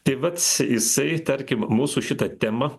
tai vat jisai tarkim mūsų šita tema